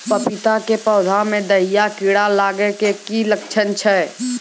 पपीता के पौधा मे दहिया कीड़ा लागे के की लक्छण छै?